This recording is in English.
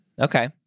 Okay